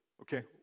okay